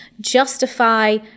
Justify